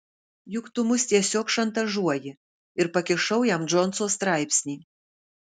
juk tu mus tiesiog šantažuoji ir pakišau jam džonso straipsnį